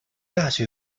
大学